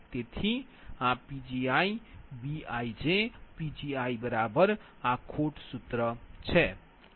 તેથી આ Pgi Bij Pgjબરાબર આ ખોટ સૂત્ર છે